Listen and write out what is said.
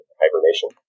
hibernation